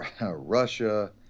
Russia